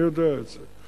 אני יודע את זה.